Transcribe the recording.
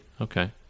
okay